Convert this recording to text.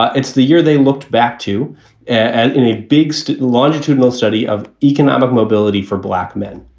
ah it's the year they looked back to and in a big so longitudinal study of economic mobility for black men.